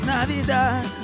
Navidad